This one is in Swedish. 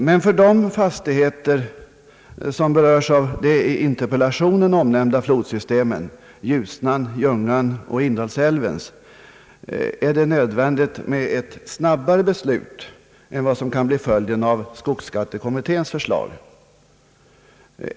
Men för de fastigheter som berörs av de i interpellationsdebatten omnämnda flodsystemen — Ljusnans, Ljungans och Indalsälvens — är det nödvändigt med ett snabbare beslut än vad som kan bli följden av skogsskattekommitténs förslag.